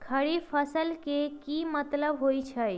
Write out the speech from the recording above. खरीफ फसल के की मतलब होइ छइ?